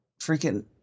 freaking